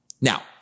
Now